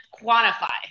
quantify